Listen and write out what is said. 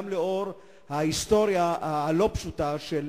גם בעקבות ההיסטוריה הלא-פשוטה של